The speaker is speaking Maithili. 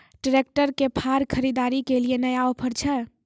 ट्रैक्टर के फार खरीदारी के लिए नया ऑफर छ?